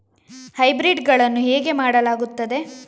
Hybrid ಗಳನ್ನು ಹೇಗೆ ಮಾಡಲಾಗುತ್ತದೆ?